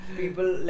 people